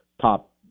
top